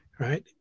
Right